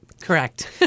Correct